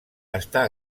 està